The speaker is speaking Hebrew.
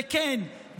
וכן,